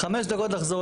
14:24.)